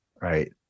right